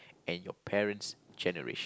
and your parents' generation